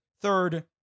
third